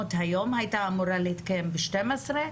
מעונות היום, הייתה אמורה להתקיים ב-12:00.